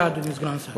אדוני סגן השר, בבקשה.